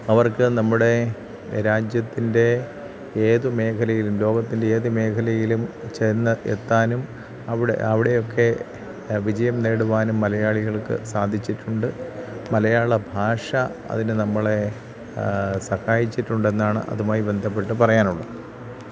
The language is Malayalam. അവർക്ക് നമ്മുടെ രാജ്യത്തിൻ്റെ ഏതു മേഖലയിലും ലോകത്തിൻ്റെ ഏത് മേഖലയിലും ചെന്നെത്താനും അവിടെ അവിടെയൊക്കെ വിജയം നേടുവാനും മലയാളികൾക്ക് സാധിച്ചിട്ടുണ്ട് മലയാളഭാഷ അതിന് നമ്മളെ സഹായിച്ചിട്ടുണ്ടെന്നാണ് അതുമായി ബന്ധപ്പെട്ട് പറയാനുള്ളത്